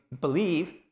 believe